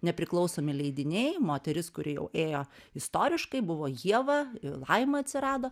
nepriklausomi leidiniai moteris kuri jau ėjo istoriškai buvo ieva laima atsirado